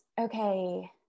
Okay